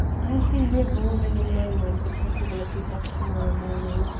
i have been revolving in my mind the possibilities of to-morrow morning,